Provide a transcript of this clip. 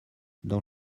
dans